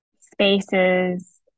spaces